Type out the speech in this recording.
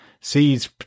sees